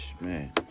Man